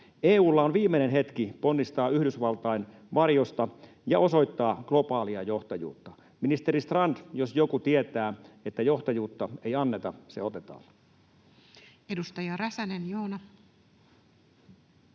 EU:lla on viimeinen hetki ponnistaa Yhdysvaltain varjosta ja osoittaa globaalia johtajuutta. Ministeri Strand jos joku tietää, että johtajuutta ei anneta, se otetaan. [Speech 676]